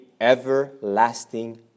everlasting